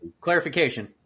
clarification